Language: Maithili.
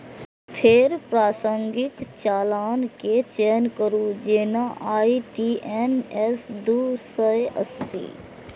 फेर प्रासंगिक चालान के चयन करू, जेना आई.टी.एन.एस दू सय अस्सी